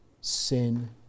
sin